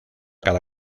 cada